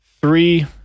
three